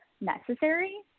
necessary